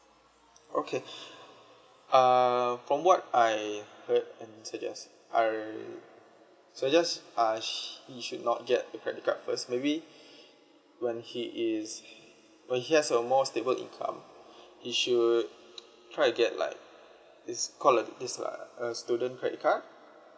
okay uh from what I heard and suggest I so just uh he should not get a credit card first maybe when he is when he has a more stable income he should try to get like it's called a it's like a student credit card